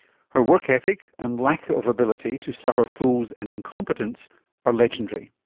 her work ethic and lack of ability to suffer fools and incompetence are legendary.